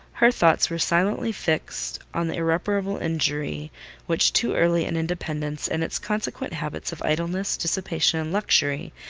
her thoughts were silently fixed on the irreparable injury which too early an independence and its consequent habits of idleness, dissipation, and luxury,